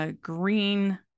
green